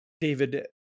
David